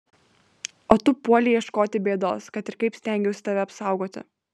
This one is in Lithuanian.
o tu puolei ieškoti bėdos kad ir kaip stengiausi tave apsaugoti